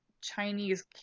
Chinese